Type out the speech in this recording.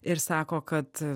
ir sako kad